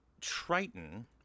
Triton